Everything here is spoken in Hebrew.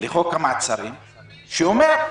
לחוק המעצרים, שאומר: